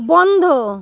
বন্ধ